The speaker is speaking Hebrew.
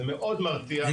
מאוד מרתיע.